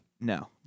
no